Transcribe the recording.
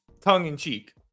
tongue-in-cheek